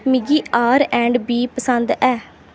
मिगी R and B पसंद ऐ